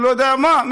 אני לא יודע מאיפה,